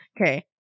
Okay